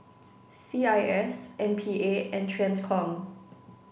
C I S M P A and TRANSCOM